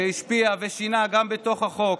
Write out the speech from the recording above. שהשפיע ושינה גם בתוך החוק,